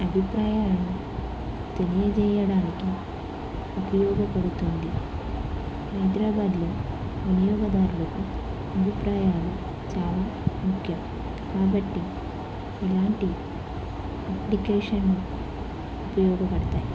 అభిప్రాయాన్ని తెలియజేయడానికి ఉపయోగపడుతుంది హైదరాబాద్లో వినియోగదారులకు అభిప్రాయాలు చాలా ముఖ్యం కాబట్టి ఇలాంటి అప్లికేషన్ ఉపయోగపడతాయి